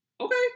Okay